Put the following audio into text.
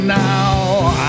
now